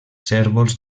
cérvols